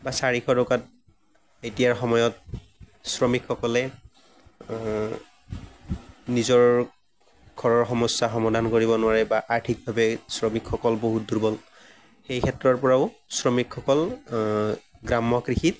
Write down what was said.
বা চাৰিশ টকাত এতিয়াৰ সময়ত শ্ৰমিকসকলে নিজৰ ঘৰৰ সমস্যা সমাধান কৰিব নোৱাৰে বা আৰ্থিকভাৱে শ্ৰমিকসকল বহুত দুৰ্বল সেইক্ষেত্ৰৰ পৰাও শ্ৰমিকসকল গ্ৰাম্য কৃষিত